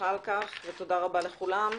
ושמחה על כך ותודה רבה לכולם.